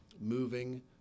moving